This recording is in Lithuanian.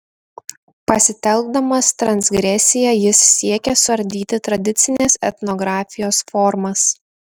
pasitelkdamas transgresiją jis siekia suardyti tradicinės etnografijos formas